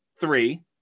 three